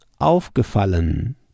aufgefallen